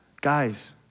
Guys